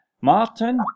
Martin